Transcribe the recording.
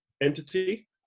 entity